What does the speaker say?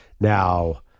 Now